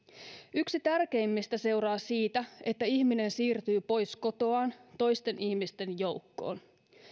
yksi tärkeimmistä seuraa siitä että ihminen siirtyy pois kotoaan toisten ihmisten joukkoon